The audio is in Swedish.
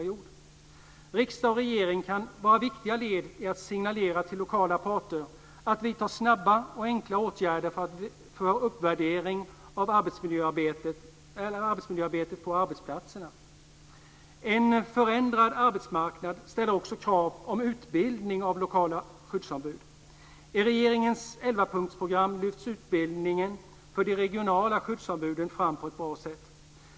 Riksdag och regering kan vara viktiga led i att signalera till lokala parter att vidta snabba och enkla åtgärder för uppvärdering av arbetsmiljöarbetet på arbetsplatserna. En förändrad arbetsmarknad ställer också krav om utbildning av lokala skyddsombud. I regeringens elvapunktsprogram lyfts utbildningen för de regionala skyddsombuden fram på ett bra sätt.